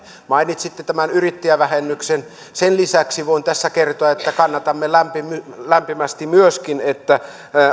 mainitsitte tämän yrittäjävähennyksen sen lisäksi voin tässä kertoa että kannatamme lämpimästi lämpimästi myöskin sitä että